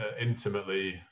intimately